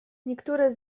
niektóre